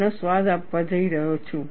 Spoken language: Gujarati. તેનો સ્વાદ આપવા જઈ રહ્યો છું